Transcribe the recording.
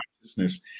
consciousness